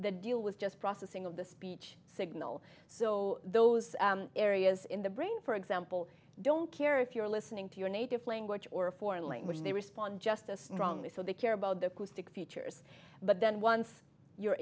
the deal with just processing of the speech signal so those areas in the brain for example don't care if you're listening to your native language or a foreign language they respond just as strongly so they care about the features but then once you're